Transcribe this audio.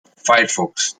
firefox